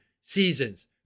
seasons